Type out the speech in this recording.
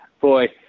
Boy